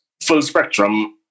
full-spectrum